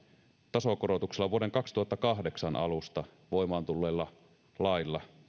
tasokorotuksella vuoden kaksituhattakahdeksan alusta voimaan tulleella lailla